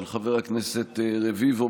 של חבר הכנסת רביבו,